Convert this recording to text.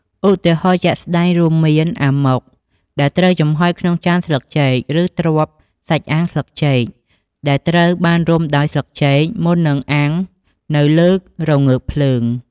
ឧទាហរណ៍ជាក់ស្តែងរួមមាន អាម៉ុក ដែលត្រូវចំហុយក្នុងចានស្លឹកចេក ឬ ទ្រប់ (សាច់អាំងស្លឹកចេក) ដែលត្រូវបានរុំដោយស្លឹកចេកមុននឹងអាំងនៅលើរងើកភ្លើង។